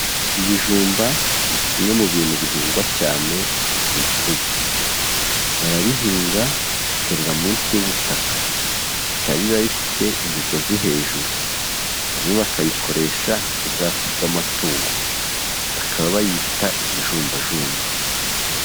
Ibijumba ni kimwe mu bintu bihingwa cyane mu gihugu, barabihinga bikerera munsi y'ubutaka, bikababa biba bifite imigozi hejuru, bamwe bakayikoresha nk'ubwatsi bw'amatungo, bakaba bayita imijumbajumba.